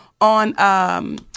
on—